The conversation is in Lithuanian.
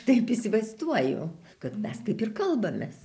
taip įsivaizduoju kad mes kaip ir kalbamės